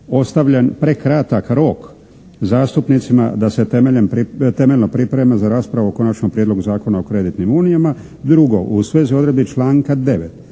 ostavljen prekratak rok zastupnicima da se temeljno pripreme za raspravu o Konačnom prijedlogu Zakona o kreditnim unijama. Drugo, u svezi odredbe članka 9.